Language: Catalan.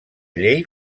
llei